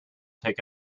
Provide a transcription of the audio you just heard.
take